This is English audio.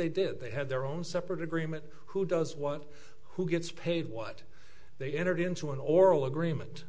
they did they had their own separate agreement who does what who gets paid what they entered into an oral agreement